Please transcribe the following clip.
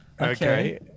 Okay